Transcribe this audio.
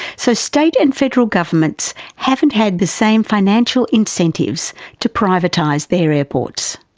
so state and federal governments haven't had the same financial incentives to privatise their airports.